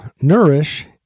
nourish